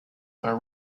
are